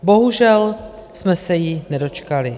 Bohužel jsme se jí nedočkali.